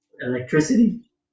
electricity